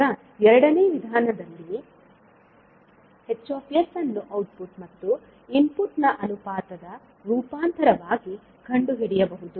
ಈಗ ಎರಡೂ ವಿಧಾನಗಳಲ್ಲಿ H ಅನ್ನು ಔಟ್ಪುಟ್ ಮತ್ತು ಇನ್ಪುಟ್ ನ ಅನುಪಾತದ ರೂಪಾಂತರವಾಗಿ ಕಂಡುಹಿಡಿಯಬಹುದು